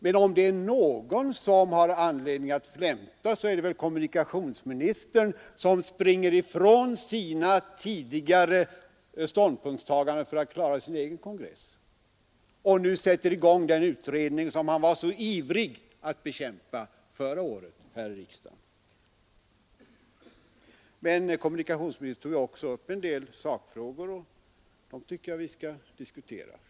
Men om det är någon som har anledning att flämta, så är det väl kommunikationsministern som sprungit ifrån sina tidigare ståndpunktstaganden för att klara sin egen kongre i gång den utredning som han var så ivrig att bekämpa förra året här i riksdagen. Kommunikationsministern tog emellertid också upp en del sakfrågor, och dessa tycker jag vi skall diskutera.